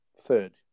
third